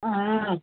हा हा